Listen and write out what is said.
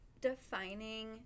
defining